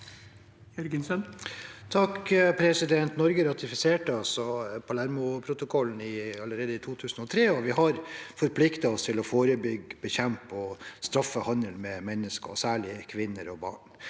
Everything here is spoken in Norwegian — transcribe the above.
(R) Norge ratifiserte Pa- lermoprotokollen allerede i 2003, og vi har forpliktet oss til å forebygge, bekjempe og straffe handel med mennesker, særlig kvinner og barn.